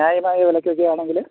ന്യായമായ വിലയ്ക്ക് ഒക്കെ ആണെങ്കിൽ